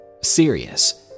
Serious